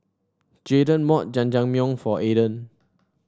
Jaydan bought Jajangmyeon for Aydan